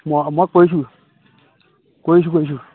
মই মই কৰিছিলেঁ কৰিছোঁ কৰিছোঁ